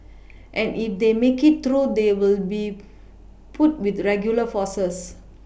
and if they make it through they will be put with regular forces